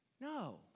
No